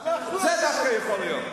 זה דווקא יכול להיות.